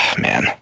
man